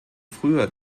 früher